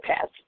pass